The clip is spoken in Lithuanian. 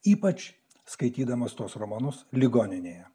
ypač skaitydamas tuos romanus ligoninėje